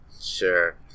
Sure